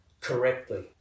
correctly